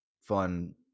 fun